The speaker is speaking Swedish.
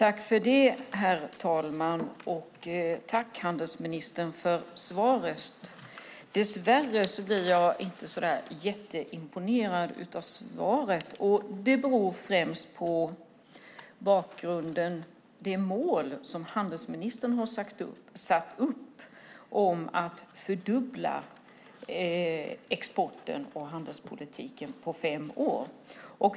Herr talman! Tack, handelsministern, för svaret! Dess värre blir jag inte jätteimponerad av det. Det beror främst på bakgrunden, det mål som handelsministern har satt upp i handelspolitiken om att fördubbla exporten på fem år.